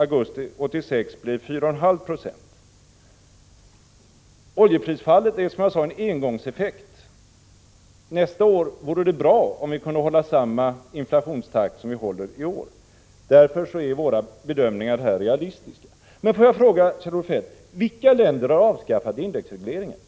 augusti 1986 blir 4,5 20. Oljeprisfallet är, som jag sade, en engångseffekt. Nästa år vore det bra om vi kunde ha samma inflationstakt som vi håller i år. Därför är våra bedömningar realistiska. Men får jag fråga Kjell-Olof Feldt: Vilka länder har avskaffat indexregle ringen?